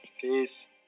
Peace